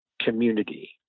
community